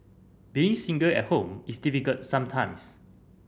being single at home is difficult sometimes